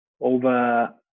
over